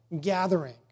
gathering